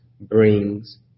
brings